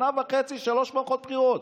שנה וחצי, שלוש מערכות בחירות.